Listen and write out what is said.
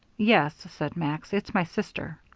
yes, said max, it's my sister.